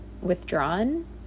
withdrawn